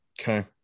Okay